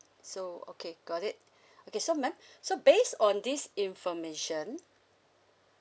so okay got it okay so madam so based on this information